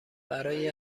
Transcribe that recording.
برای